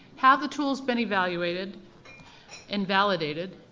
have the tools been evaluated and validated?